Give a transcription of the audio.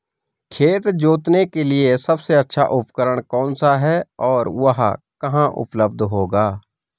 खेत जोतने के लिए सबसे अच्छा उपकरण कौन सा है और वह कहाँ उपलब्ध होगा?